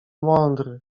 mądry